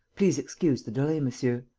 please excuse the delay, monsieur.